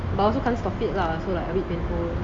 but I also can't stop it lah so like a bit painful